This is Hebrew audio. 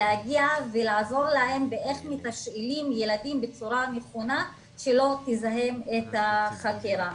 להגיע ולעזור להם באיך מתשאלים ילדים בצורה נכונה שלא תזהם את החקירה.